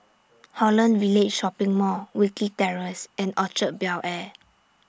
Holland Village Shopping Mall Wilkie Terrace and Orchard Bel Air